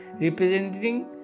representing